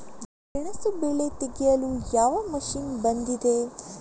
ಗೆಣಸು ಬೆಳೆ ತೆಗೆಯಲು ಯಾವ ಮಷೀನ್ ಬಂದಿದೆ?